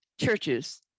churches